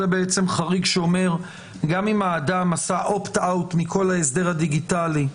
זה חריג שאומר שגם אם האדם עשה Opt-out מכל ההסדר הדיגיטלי,